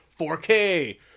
4K